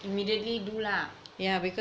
immediately do lah